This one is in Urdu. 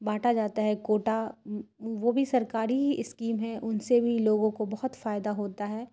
بانٹا جاتا ہے کوٹا وہ بھی سرکاری ہی اسکیم ہیں ان سے بھی لوگوں کو بہت فائدہ ہوتا ہے